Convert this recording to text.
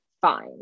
fine